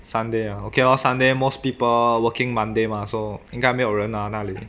sunday ya okay lor sunday most people working monday mah so 应该没有人啊那里